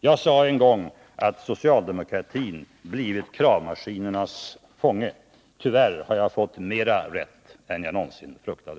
Jag sade en gång att socialdemokratin blivit kravmaskinernas fånge. Tyvärr har jag fått mera rätt än jag någonsin fruktade.